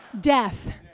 Death